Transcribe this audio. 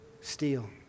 steal